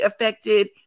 affected